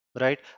right